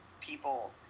people